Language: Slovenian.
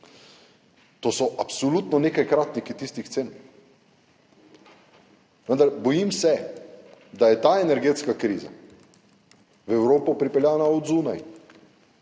To so absolutno nekajkratniki tistih cen. Vendar bojim se, da je ta energetska kriza, ki je v Evropo pripeljana od zunaj,